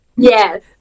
Yes